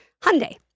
Hyundai